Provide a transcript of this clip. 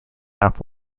tap